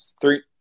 Three